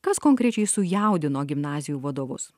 kas konkrečiai sujaudino gimnazijų vadovus